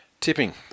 Tipping